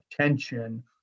tension